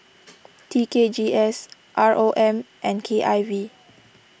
T K G S R O M and K I V